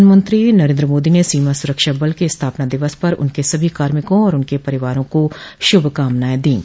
प्रधानमंत्री नरेंद्र मोदी ने सीमा सुरक्षा बल के स्थापना दिवस पर उसके सभी कार्मिकों और उनके परिवारो को शुभकामनाएं दीं